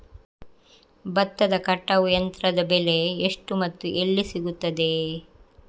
ಭತ್ತದ ಕಟಾವು ಯಂತ್ರದ ಬೆಲೆ ಎಷ್ಟು ಮತ್ತು ಎಲ್ಲಿ ಸಿಗುತ್ತದೆ?